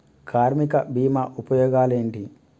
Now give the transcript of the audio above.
కార్మిక బీమా ఉపయోగాలేంటి?